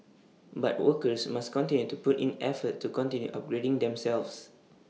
but workers must continue to put in effort to continue upgrading themselves